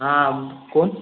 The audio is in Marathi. हां कोण